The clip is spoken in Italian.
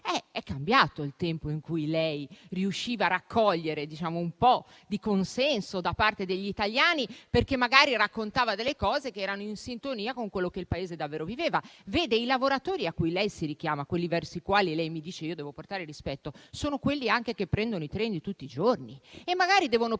È cambiato il tempo in cui lei riusciva a raccogliere un po' di consenso da parte degli italiani perché magari raccontava delle cose che erano in sintonia con quello che il Paese davvero viveva. I lavoratori a cui lei si richiama, quelli verso i quali lei mi dice io devo portare rispetto, sono anche quelli che prendono i treni tutti i giorni e magari devono prenderli